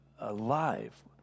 alive